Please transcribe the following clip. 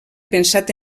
pensat